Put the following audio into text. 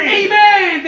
amen